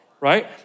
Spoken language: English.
right